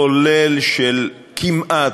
כולל של כמעט,